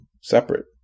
separate